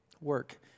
work